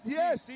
yes